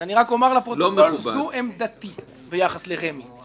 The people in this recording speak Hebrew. אני אומר לפרוטוקול שזו עמדתי ביחס לרמ"י.